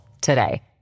today